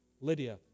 Lydia